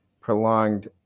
prolonged